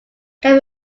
can